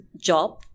job